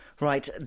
Right